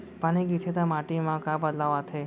पानी गिरथे ता माटी मा का बदलाव आथे?